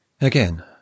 Again